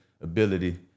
ability